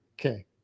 Okay